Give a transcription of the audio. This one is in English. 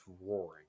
roaring